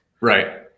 right